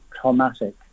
traumatic